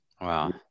Wow